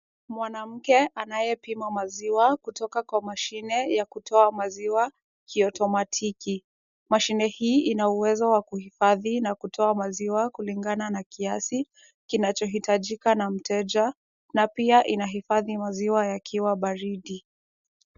Mwanamke anayepima maziwa kutoka kwa mashine ya kutoa maziwa ki automatic . Mashine hii ina uwezo wa kuhifadhi na kutoa maziwa, kulingana na kiasi kinachohitajika na mteja, na pia inahifadhi maziwa yakiwa baridi.